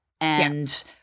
and-